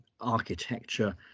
architecture